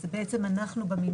זה אנחנו במנהל,